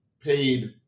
paid